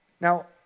now